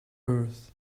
earth